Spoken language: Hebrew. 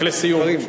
לסיום.